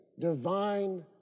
divine